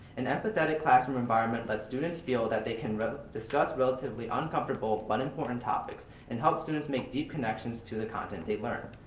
an empathetic classroom environment lets students feel that they can discuss relatively uncomfortable, but important topics and help students make deep connections to the content they learn.